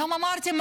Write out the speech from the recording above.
היום אמרתי,